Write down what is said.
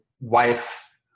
wife